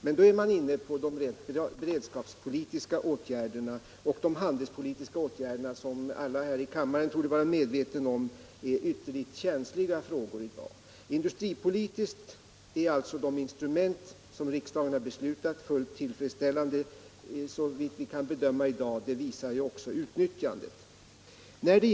Men därmed är man inne på de rent beredskapspolitiska åtgärderna och på handelspolitiska åtgärder. Alla här i kammaren torde vara medvetna om att det är ytterligt känsliga frågor i dag. Industripolitiskt är alltså de instrument som riksdagen beslutat om fullt tillfredsställande såvitt vi kan bedöma i dag. Det visar också utnyttjandet.